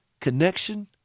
connection